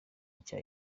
nshya